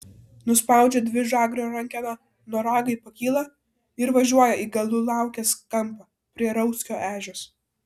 nuspaudžia dvižagrio rankeną noragai pakyla ir važiuoja į galulaukės kampą prie rauckio ežios